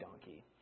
donkey